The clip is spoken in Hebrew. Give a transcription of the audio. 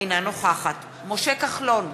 אינה נוכחת משה כחלון,